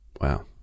Wow